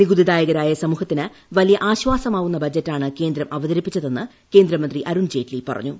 നികുതിദായകരായ സമൂഹത്തിന് വലിയ ആശ്വാസമാവുന്ന ബജറ്റാണ് കേന്ദ്രം അവതരിപ്പിച്ചതെന്ന് കേന്ദ്രമന്ത്രി അരുൺ ജെയ്റ്റ്ലി പറഞ്ഞു